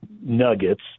nuggets